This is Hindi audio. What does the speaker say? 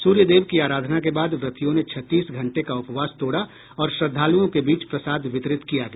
सूर्य देव की आराधना के बाद व्रतियों ने छत्तीस घंटे का उपवास तोड़ा और श्रद्धालुओं के बीच प्रसाद वितरित किया गया